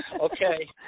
Okay